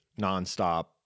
nonstop